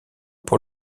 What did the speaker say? pour